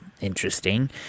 interesting